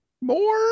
more